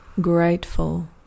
grateful